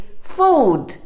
food